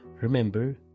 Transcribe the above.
Remember